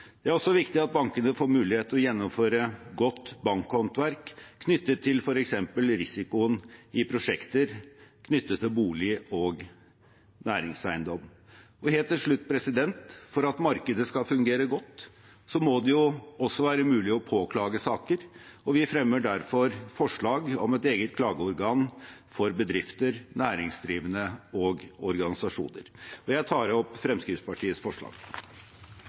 Det er også viktig at bankene får mulighet til å gjennomføre godt bankhåndverk når det gjelder f.eks. risikoen i prosjekter knyttet til bolig- og næringseiendom. Og helt til slutt: For at markedet skal fungere godt, må det også være mulig å påklage saker, og vi fremmer derfor forslag om et eget klageorgan for bedrifter, næringsdrivende og organisasjoner. Jeg tar opp Fremskrittspartiets forslag.